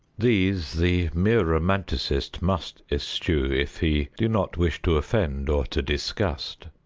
these the mere romanticist must eschew, if he do not wish to offend or to disgust.